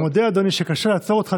אני מודה שקשה לעצור אותך,